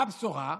מה הבשורה?